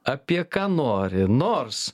apie ką nori nors